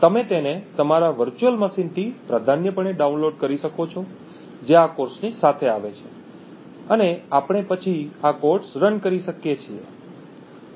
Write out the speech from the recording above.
તમે તેને તમારા વર્ચુઅલ મશીનથી પ્રાધાન્યપણે ડાઉનલોડ કરી શકો છો જે આ કોર્સની સાથે આવે છે અને આપણે પછી આ કોડ્સ રન કરી શકીએ છીએ